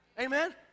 Amen